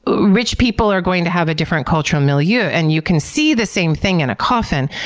rich people are going to have a different cultural milieu, and you can see the same thing in a coffin.